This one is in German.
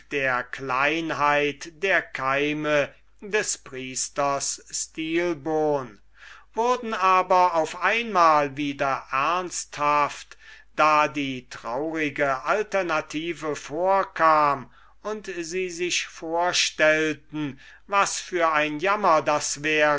der kleinheit der keime des priesters stilbon wurden aber auf einmal wieder ernsthaft da die traurige alternative vorkam und sie sich vorstellten was für ein jammer